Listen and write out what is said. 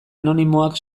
anonimoak